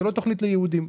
זאת לא תוכנית ליהודים.